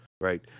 Right